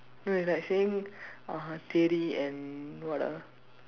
no it's like saying uh Theri and what ah